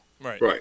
Right